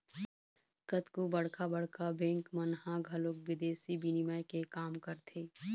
कतको बड़का बड़का बेंक मन ह घलोक बिदेसी बिनिमय के काम करथे